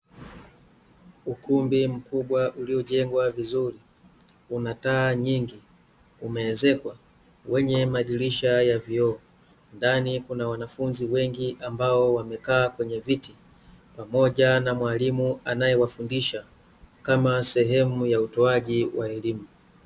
Ukumbi mkubwa uliojengwa vizuri, una taa nyingi, umeezekwa, wenye madirisha ya vioo; ndani kuna wanafunzi wengi ambao wamekaa kwenye viti pamoja na mwalimu anayewafundisha kama sehemu ya utoaji wa elimu.